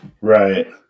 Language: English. right